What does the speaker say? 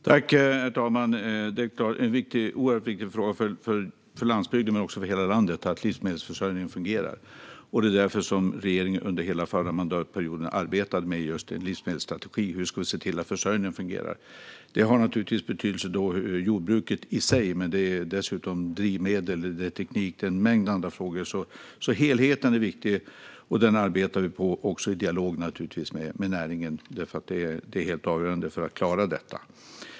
Herr talman! Det är såklart en oerhört viktig fråga för landsbygden, men också för hela landet, att livsmedelsförsörjningen fungerar. Det är därför regeringen under hela förra mandatperioden arbetade med just en livsmedelsstrategi som gäller hur vi ska se till att försörjningen fungerar. Det har naturligtvis betydelse för jordbruket i sig, men det gäller dessutom drivmedel, teknik och en mängd andra frågor. Helheten är alltså viktig, och den arbetar vi på - också i dialog med näringen. Det är helt avgörande för att kunna klara detta.